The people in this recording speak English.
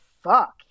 fuck